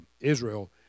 Israel